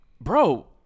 Bro